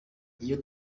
iyo